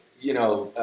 you know,